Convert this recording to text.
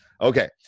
Okay